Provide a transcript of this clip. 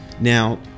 Now